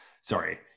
Sorry